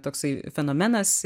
toksai fenomenas